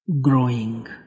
growing